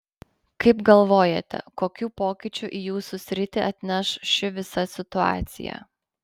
kaip galvojate kokių pokyčių į jūsų sritį atneš ši visa situacija